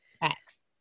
Facts